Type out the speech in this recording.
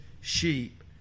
sheep